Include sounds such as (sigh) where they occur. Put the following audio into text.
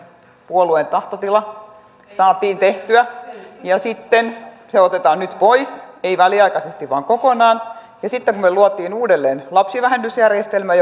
puolueen tahtotila saatiin tehtyä ja sitten se otetaan nyt pois ei väliaikaisesti vaan kokonaan ja sitten kun me loimme uudelleen lapsivähennysjärjestelmän (unintelligible)